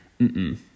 mm-mm